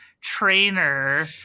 trainer